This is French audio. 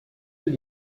lieu